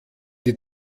die